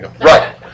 Right